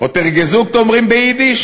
האט ער געזאגט, אומרים ביידיש.